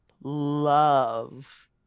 love